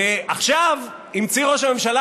עכשיו המציא ראש הממשלה,